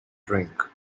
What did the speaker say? drink